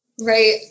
Right